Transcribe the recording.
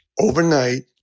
Overnight